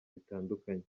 bitandukanye